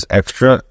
extra